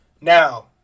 Now